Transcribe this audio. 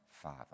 Father